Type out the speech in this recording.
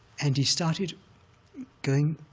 and he started going